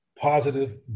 positive